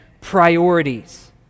priorities